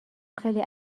خیلی